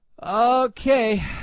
Okay